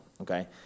Okay